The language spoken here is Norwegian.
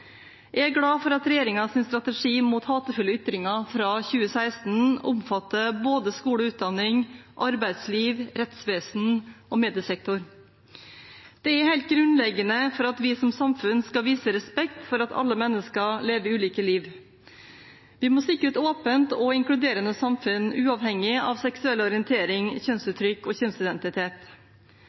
Jeg er glad for at regjeringens strategi mot hatefulle ytringer fra 2016 omfatter både skole og utdanning, arbeidsliv, rettsvesen og mediesektoren. Det er helt grunnleggende for at vi som samfunn skal vise respekt for at alle mennesker lever ulike liv. Vi må sikre et åpent og inkluderende samfunn, uavhengig av seksuell orientering, kjønnsuttrykk og kjønnsidentitet.